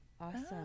Awesome